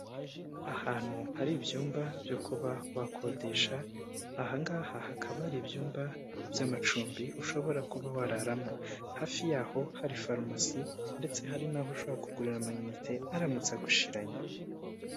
Ahantu hari ibyumba byo kuba wakodesha aha ngaha hakaba hari ibyumba by'amacumbi ushobora kuba wararamo hafi yaho hari farumasi ndetse hari naho ushobora kugurira amiyinite aramutse agushiranye.